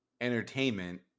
entertainment